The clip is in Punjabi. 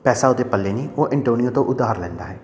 ਪੈਸਾ ਉਹਦੇ ਪੱਲੇ ਨੀ ਉਹ ਐਨਟੋਨੀਓ ਤੋਂ ਉਧਾਰ ਲੈਂਦਾ ਹੈ